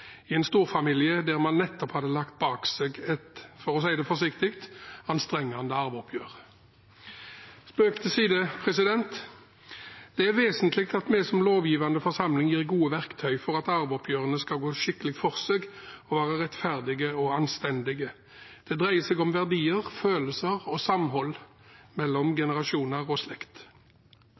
i en storfamilie der man nettopp hadde lagt bak seg et – for å si det forsiktig – anstrengende arveoppgjør. Spøk til side. Det er vesentlig at vi som lovgivende forsamling gir gode verktøy for at arveoppgjørene skal gå skikkelig for seg og være rettferdige og anstendige. Det dreier seg om verdier, følelser og samhold mellom generasjoner og slekt.